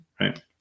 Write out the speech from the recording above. Right